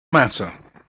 matter